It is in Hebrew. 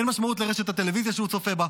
אין משמעות לרשת הטלוויזיה שהוא צופה בה,